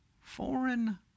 foreign